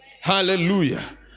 Hallelujah